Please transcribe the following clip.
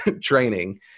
training